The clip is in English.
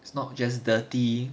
it's not just dirty